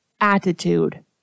attitude